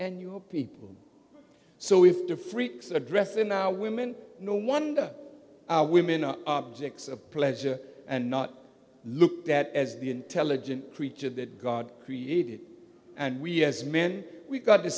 and your people so if the freaks addressin our women no wonder women are objects of pleasure and not looked at as the intelligent creature that god created and we as men we've got the